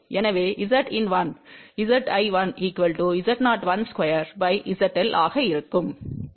எனவே Zin1 Z¿1 Z012ZL ஆக இருக்கும்